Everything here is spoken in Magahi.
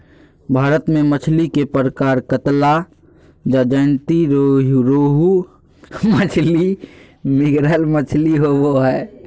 भारत में मछली के प्रकार कतला, ज्जयंती रोहू मछली, मृगल मछली होबो हइ